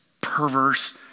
perverse